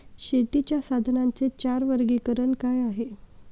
शेतीच्या साधनांचे चार वर्गीकरण काय आहे?